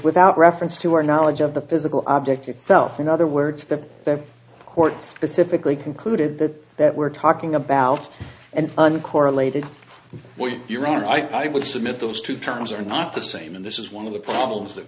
without reference to our knowledge of the physical object itself in other words that the court specifically concluded that that we're talking about and uncorrelated your honor i would submit those two terms are not the same and this is one of the problems that